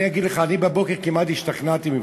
אני אגיד לך, אני בבוקר כמעט השתכנעתי ממך,